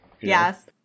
Yes